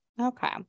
Okay